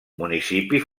municipi